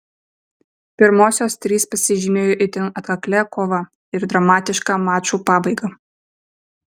pirmosios trys pasižymėjo itin atkaklia kova ir dramatiška mačų pabaiga